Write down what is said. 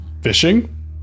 Fishing